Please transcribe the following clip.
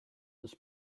ist